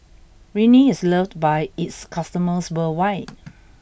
Rene is loved by its customers worldwide